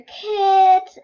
Kids